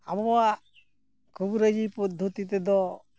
ᱟᱵᱚᱣᱟᱜ ᱠᱚᱵᱤᱨᱟᱹᱡᱤ ᱯᱚᱫᱽᱫᱷᱚᱛᱤ ᱛᱮᱫᱚ